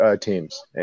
teams